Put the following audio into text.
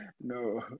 No